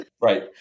Right